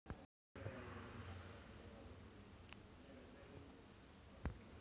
bank दरोडा टाकल्याबद्दल आम्हाला तुरूंगात जावे लागू शकते